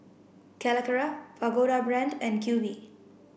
Calacara Pagoda Brand and Q V